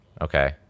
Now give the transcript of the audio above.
Okay